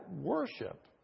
worship